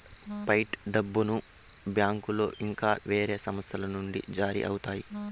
fight డబ్బును బ్యాంకులో ఇంకా వేరే సంస్థల నుండి జారీ అవుతాయి